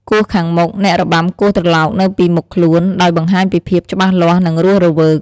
គោះខាងមុខ អ្នករបាំគោះត្រឡោកនៅពីមុខខ្លួន ដោយបង្ហាញពីភាពច្បាស់លាស់ និងរស់រវើក។